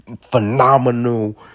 phenomenal